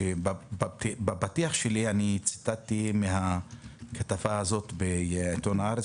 שבפתיח שלי ציטטתי מהכתבה הזאת בעיתון "הארץ",